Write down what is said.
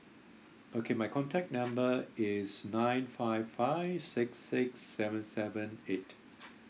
okay my contact number is nine five five six six seven seven eight